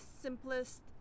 simplest